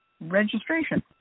registration